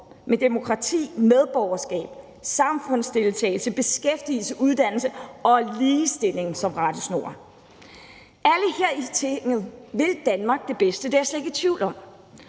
med demokrati, medborgerskab, samfundsdeltagelse, beskæftigelse, uddannelse og ligestilling som rettesnor. Alle her i Tinget vil Danmark det bedste, det er jeg slet ikke i tvivl om,